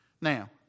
Now